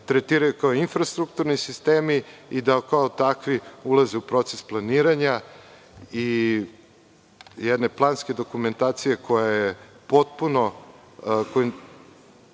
se oni tretiraju kao infrastrukturni sistemi i da kao takvi ulaze u proces planiranja i jedne planske dokumentacije koja je potpuno